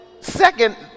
second